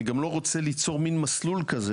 אני גם לא רוצה ליצור מן מסלול כזה